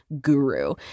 Guru